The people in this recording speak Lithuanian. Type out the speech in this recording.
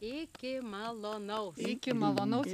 iki malonaus ligi malonaus